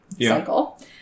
cycle